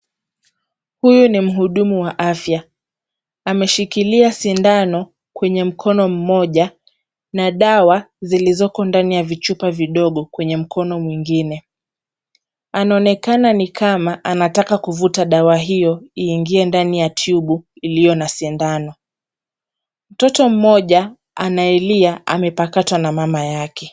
Huyu ni mhudumu wa afya, ameshikilia sindano kwenye mkono mmoja, na dawa zilizo ndani ya vichupa vidogo kwenye mkono mwingine, anaonekana ni kama anataka kuvuta dawa hiyo iingie ndani ya tube iliyo na sindano. Mtoto mmoja anayelia amepakatwa na mama yake.